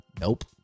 nope